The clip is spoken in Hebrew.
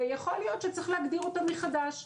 ויכול להיות שצריך להגדיר אותם מחדש.